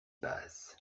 passe